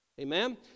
Amen